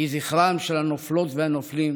יהי זכרם של הנופלות והנופלים